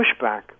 pushback